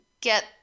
Get